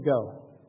go